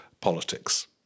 Politics